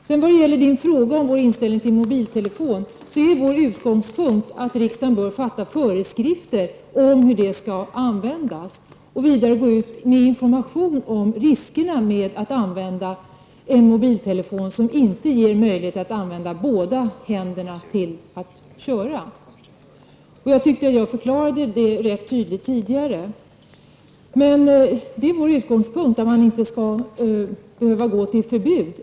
När det gäller Sten-Ove Sundströms fråga om vår inställning till mobiltelefoner så är vår utgångspunkt att riksdagen bör fatta beslut om föreskrifter om hur sådana skall användas och gå ut med information om riskerna med att använda en mobiltelefon som inte ger föraren möjlighet att använda båda händerna för körningen. Jag tycker att jag förklarade det rätt tydligt tidigare. Vår utgångspunkt är att man inte skall behöva införa förbud.